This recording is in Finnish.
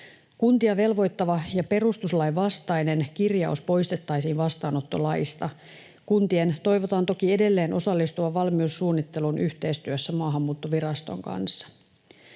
Kuntia velvoittava ja perustuslain vastainen kirjaus poistettaisiin vastaanottolaista. Kuntien toivotaan toki edelleen osallistuvan valmiussuunnitteluun yhteistyössä Maahanmuuttoviraston kanssa.